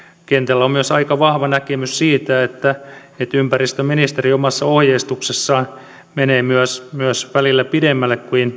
kentällä on myös aika vahva näkemys siitä että ympäristöministeriö omassa ohjeistuksessaan menee myös myös välillä pidemmälle kuin